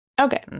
okay